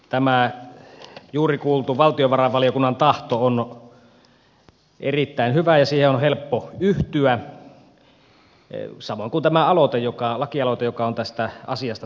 tämä juuri kuultu valtiovarainvaliokunnan tahto on erittäin hyvä ja siihen on helppo yhtyä samoin kuin tämä lakialoite joka on tästä asiasta tehty